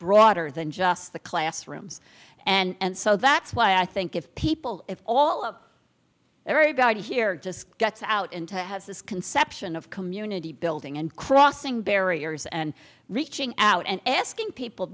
broader than just the classrooms and so that's why i think if people if all of everybody here just gets out into has this conception of community building and crossing barriers and reaching out and asking people